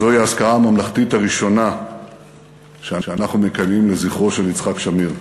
זו האזכרה הממלכתית הראשונה שאנחנו מקיימים לזכרו של יצחק שמיר.